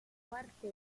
forte